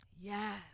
yes